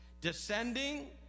Descending